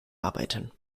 arbeiten